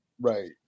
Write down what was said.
Right